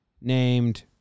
named